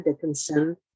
Dickinson